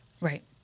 right